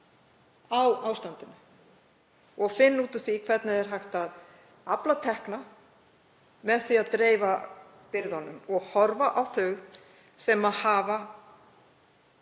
á ástandinu og finna út úr því hvernig hægt er að afla tekna með því að dreifa byrðunum. Það er horft á þau sem hafa